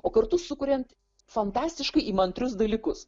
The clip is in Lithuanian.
o kartu sukuriant fantastiškai įmantrus dalykus